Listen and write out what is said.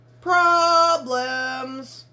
Problems